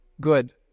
Good